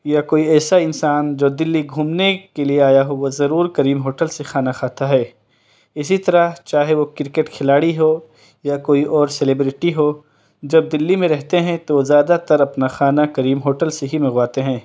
یا کوئی ایسا انسان جو دلّی گھومنے کے لیے آیا ہو وہ ضرور کریم ہوٹل سے کھانا کھاتا ہے اسی طرح چاہے وہ کرکٹ کھلاڑی ہو یا کوئی اور سلیبریٹی ہو جب دلّی میں رہتے ہیں تو زیادہ تر اپنا کھانا کریم ہوٹل سے ہی منگواتے ہیں